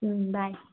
bye